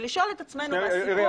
ולשאול את עצמנו- -- שאלה,